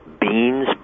beans